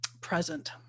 present